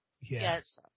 Yes